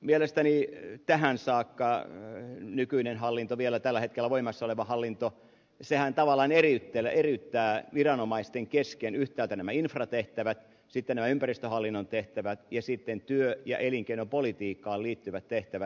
mielestäni tähän saakka nykyinen hallinto vielä tällä hetkellä voimassa oleva hallinto tavallaan eriyttää viranomaisten kesken yhtäältä nämä infratehtävät sitten nämä ympäristöhallinnon tehtävät ja sitten työ ja elinkeinopolitiikkaan liittyvät tehtävät